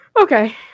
Okay